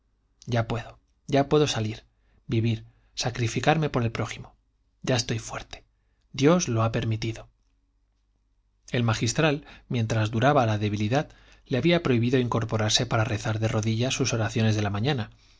ya puedo ya puedo salir vivir sacrificarme por el prójimo ya estoy fuerte dios lo ha permitido el magistral mientras duraba la debilidad le había prohibido incorporarse para rezar de rodillas sus oraciones de la mañana